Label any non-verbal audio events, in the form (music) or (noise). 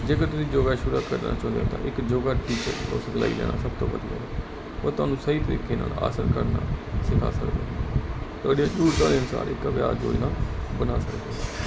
ਜੇਕਰ ਤੁਸੀਂ ਯੋਗਾ ਸੁਰੂ ਕਰਨਾ ਚਾਹੁੰਦੇ ਹੋ ਤਾ ਇਕ ਯੋਗਾ ਟੀਚਰ ਦੀ ਸਲਾਹ ਲੈਣੀ ਚਾਹੀਦੀ ਹੈ ਜੋ ਤੁਹਾਨੂੰ ਸਹੀ ਤਰੀਕੇ ਨਾਲ ਅਭਿਆਸ ਕਰਨਾ ਸਿਖਾ ਸਕਦਾ (unintelligible)